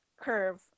curve